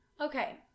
Okay